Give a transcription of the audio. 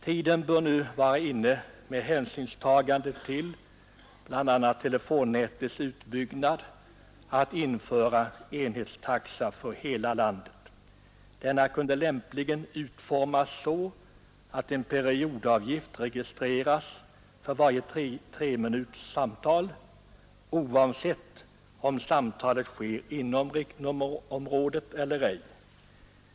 Tiden bör nu vara inne, med hänsynstagande till bl.a. telenätets utbyggnad, att införa en enhetstaxa för hela landet. Denna kunde lämpligen utformas så att en periodavgift inregistreras för var tredje minut oavsett om samtalet sker inom riktnummerområdet eller ej.